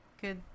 good